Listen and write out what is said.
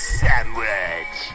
sandwich